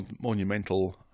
monumental